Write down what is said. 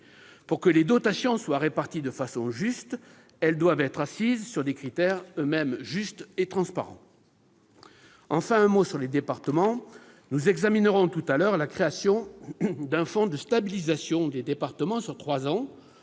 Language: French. Pour que les dotations soient réparties de façon juste, elles doivent être assises sur des critères eux-mêmes justes et transparents. Je souhaite dire un mot sur les départements. Nous examinerons tout à l'heure la création d'un fonds de stabilisation des départements sur trois ans,